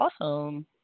Awesome